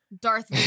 Darth